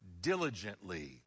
diligently